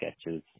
sketches